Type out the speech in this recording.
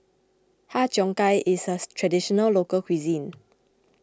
Har Cheong Gai is a Traditional Local Cuisine